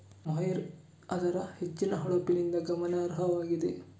mohair ಅದರ ಹೆಚ್ಚಿನ ಹೊಳಪಿನಿಂದ ಗಮನಾರ್ಹವಾಗಿದೆ